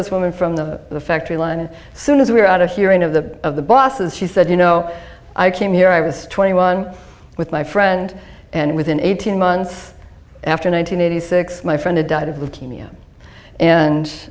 this woman from the factory line soon as we're out of hearing of the of the bosses she said you know i came here i was twenty one with my friend and within eighteen months after nine hundred eighty six my friend had died of leukemia and